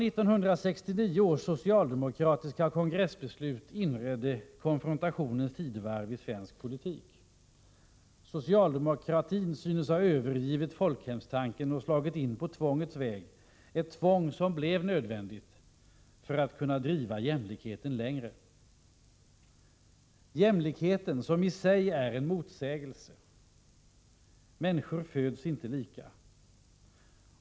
1969 års socialdemokratiska kongressbeslut inledde konfrontationens tidevarv i svensk politik. Socialdemokratin synes ha övergivit folkhemstanken och slagit in på tvångets väg, ett tvång som blev nödvändigt för att driva jämlikheten längre. Jämlikheten är i sig en motsägelse. Människor föds inte lika.